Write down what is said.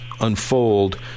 unfold